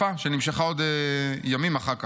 שרפה שנמשכה עוד ימים אחר כך,